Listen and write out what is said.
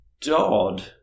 Dodd